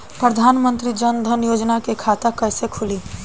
प्रधान मंत्री जनधन योजना के खाता कैसे खुली?